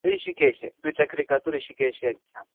हृषीकेशे द्विचक्रिका तु हृषीकेशे यच्छामि